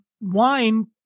wine